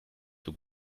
für